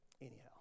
anyhow